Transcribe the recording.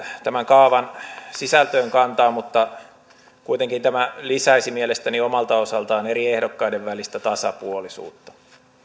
tämän kaavan sisältöön kantaa mutta kuitenkin tämä lisäisi mielestäni omalta osaltaan eri ehdokkaiden välistä tasapuolisuutta